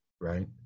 right